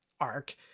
arc